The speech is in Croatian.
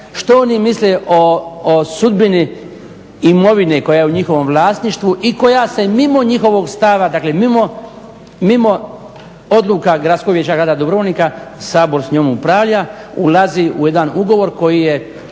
što oni misle o sudbini imovine koja je u njihovom vlasništvu i koja se mimo njihovog stava, dakle mimo odluka Gradskog vijeća grada Dubrovnika Sabor s njom upravlja ulazi u jedan ugovor koji je